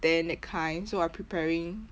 ten that kind so I preparing